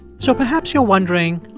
so perhaps you're wondering,